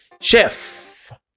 chef